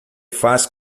faz